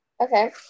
Okay